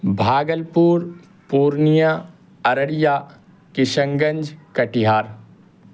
بھاگل پور پورنیہ ارریہ کشن گنج کٹھیار